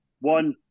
one